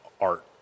art